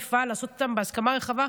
תפעל לעשות אותן בהסכמה רחבה,